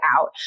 out